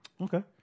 Okay